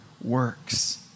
works